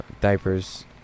Diapers